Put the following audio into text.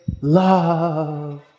love